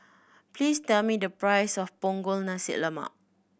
please tell me the price of Punggol Nasi Lemak